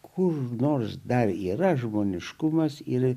kur nors dar yra žmoniškumas ir